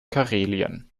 karelien